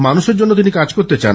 মানুষের জন্য তিনি কাজ করতে চান